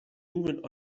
movement